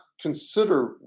consider